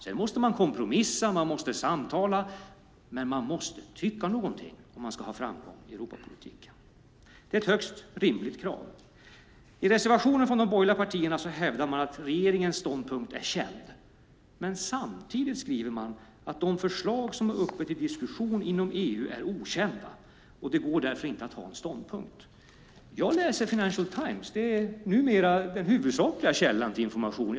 Sedan måste man kompromissa och samtala, men man måste tycka någonting om man ska ha framgång i Europapolitiken. Det är ett högst rimligt krav. I reservationen från de borgerliga partierna hävdar man att regeringens ståndpunkt är känd. Men samtidigt skriver man att de förslag som är uppe till diskussion inom EU är okända och att det därför inte går att ha en ståndpunkt. Jag läser Financial Times - det är numera den huvudsakliga källan till information.